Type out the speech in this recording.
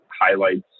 highlights